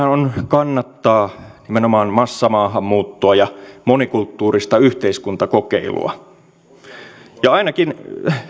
on kannattaa nimenomaan massamaahanmuuttoa ja monikulttuurista yhteiskuntakokeilua ja ainakin